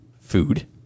food